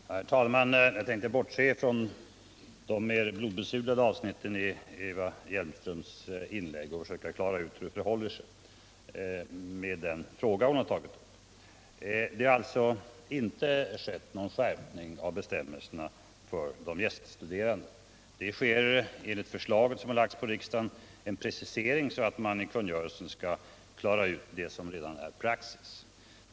Herr talman! Jag tänker bortse från de mer blodbesudlade avsnitten i Eva Hjelmströms inlägg och försöka klara ut hur det förhåller sig med den fråga hon har tagit upp. Det har alltså inte skett någon skärpning av bestämmelserna för de gäststuderande. Det görs enligt förslaget till riksdagen en precisering, så att det i kungörelsen anges vad som redan är praxis.